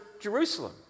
Jerusalem